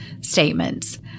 statements